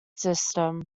system